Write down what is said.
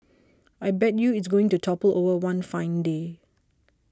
I bet you it's going to topple over one fine day